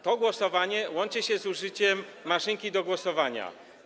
To głosowanie łączy się z użyciem maszynki do głosowania.